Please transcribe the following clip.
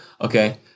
Okay